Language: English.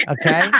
Okay